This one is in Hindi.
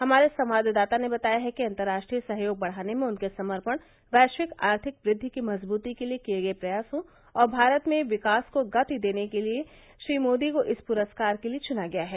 हमारे संवाददाता ने बताया है कि अन्तर्राष्ट्रीय सहयोग बढ़ाने में उनके समर्पण वैश्विक आर्थिक वृद्वि की मजबूती के लिए किये गये प्रयासों और भारत में विकास को गति देने के लिए श्री मोदी को इस पुरस्कार के लिए चुना गया है